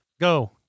Go